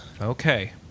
Okay